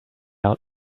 out